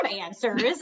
answers